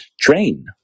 train